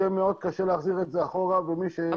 יהיה מאוד קשה להחזיר את זה אחורה ומי שיישא בנזק זה